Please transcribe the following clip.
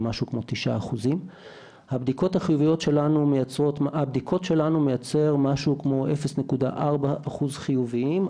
משהו כמו 9%. הבדיקות שלנו מייצרות משהו כמו 0.4% חיוביים,